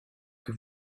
que